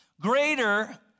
greater